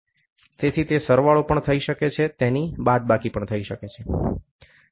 તેથી તે સરવાળો પણ થઇ શકે છે તેની બાદબાકી પણ થઇ શકે છે